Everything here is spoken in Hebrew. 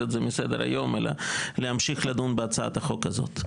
את זה מסדר היום אלא להמשיך לדון בהצעת החוק הזאת.